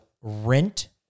rent